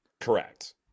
Correct